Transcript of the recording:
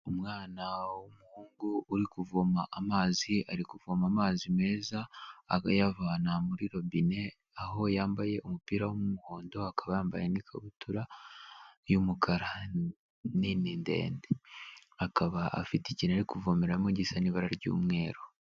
Umwana w'umuhungu uri kuvoma amazi ari kuvoma amazi meza akayavana muri robine aho yambaye umupira w'umuhondo akaba yambaye n'ikabutura y'umukara nini ndende, akaba afite ikintu ari kuvomeraramo gisa n'ibara ry'umweru.